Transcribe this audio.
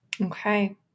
Okay